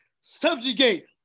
subjugate